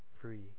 free